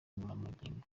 ngororangingo